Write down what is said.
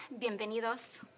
bienvenidos